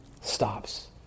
stops